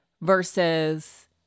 versus